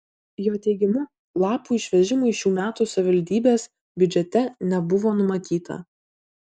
jo teigimu lapų išvežimui šių metų savivaldybės biudžete nebuvo numatyta